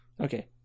Okay